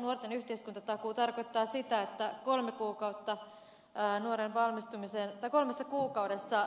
nuorten yhteiskuntatakuu tarkoittaa sitä että kolme kuukautta tai noiden valmistamiseen ja kolmessa kuukaudessa